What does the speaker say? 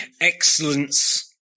Excellence